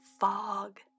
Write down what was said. fog